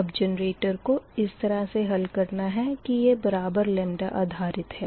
अब जेनरेटर को इस तरह से हल करना है कि यह बराबर लेमदा आधारित है